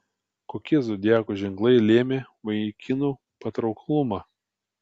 kokie zodiako ženklai lėmė vaikinų patrauklumą